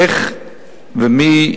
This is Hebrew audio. איך ומי,